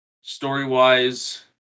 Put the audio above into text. story-wise